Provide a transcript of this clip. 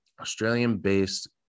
Australian-based